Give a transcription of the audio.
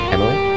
Emily